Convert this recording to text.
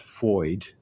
void